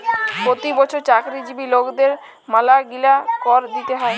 পতি বচ্ছর চাকরিজীবি লকদের ম্যালাগিলা কর দিতে হ্যয়